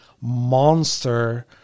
monster